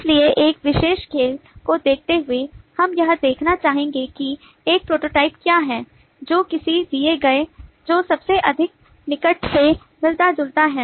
इसलिए एक विशेष खेल को देखते हुए हम यह देखना चाहेंगे कि एक प्रोटोटाइप क्या है जो किसी दिए गए को सबसे अधिक निकट से मिलता जुलता है